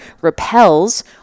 repels